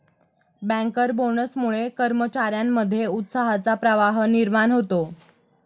banker बोनसमुळे कर्मचार्यांमध्ये उत्साहाचा प्रवाह निर्माण होतो